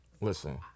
Listen